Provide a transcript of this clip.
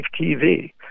TV